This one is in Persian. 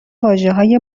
واژههای